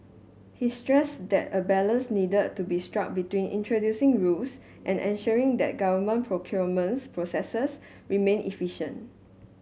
he stressed that a balance needed to be struck between introducing rules and ensuring that government procurement processes remain efficient